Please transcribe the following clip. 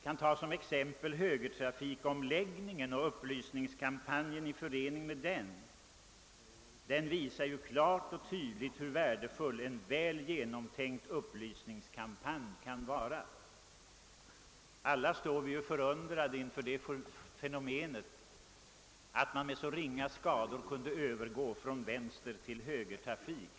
Jag kan som exempel nämna högertrafikomläggningen och upplysningskampanjen i anslutning därtill. Den visar klart och tydligt hur värdefull en väl genomtänkt upplysningskampanj kan vara. Alla står vi förundrade inför det fenomenet att man med så ringa skador kunde övergå från vänstertill högertrafik.